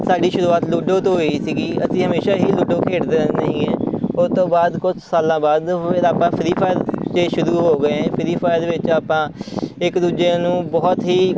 ਸਾਡੀ ਸ਼ੁਰੂਆਤ ਲੂਡੋ ਤੋਂ ਹੋਈ ਸੀਗੀ ਅਸੀਂ ਹਮੇਸ਼ਾ ਹੀ ਲੁੂਡੋ ਖੇਡਦੇ ਰਹਿੰਦੇ ਸੀਗੇ ਉਹ ਤੋਂ ਬਾਅਦ ਕੁਝ ਸਾਲਾਂ ਬਾਅਦ ਫਿਰ ਆਪਾਂ ਫਰੀ ਫਾਈਰ 'ਤੇ ਸ਼ੁਰੂ ਹੋ ਗਏ ਫਰੀ ਫਾਈਰ ਦੇ ਵਿੱਚ ਆਪਾਂ ਇੱਕ ਦੂਜੇ ਨੂੰ ਬਹੁਤ ਹੀ